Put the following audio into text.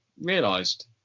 realised